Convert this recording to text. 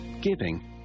Giving